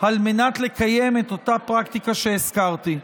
על מנת לקיים את אותה פרקטיקה שהזכרתי.